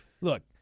Look